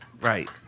Right